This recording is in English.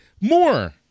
More